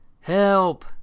Help